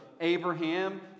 Abraham